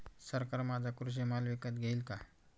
सरकार माझा कृषी माल विकत घेईल का?